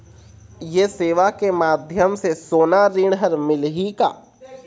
ये सेवा के माध्यम से सोना ऋण हर मिलही का?